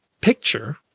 picture